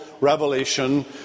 revelation